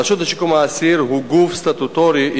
הרשות לשיקום האסיר היא גוף סטטוטורי